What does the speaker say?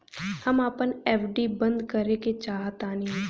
हम अपन एफ.डी बंद करेके चाहातानी